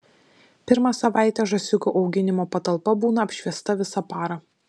pirmą savaitę žąsiukų auginimo patalpa būna apšviesta visą parą